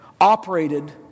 operated